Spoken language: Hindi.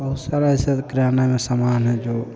बहुत सारे ऐसे किराने में सामान है जो